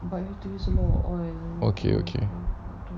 okay okay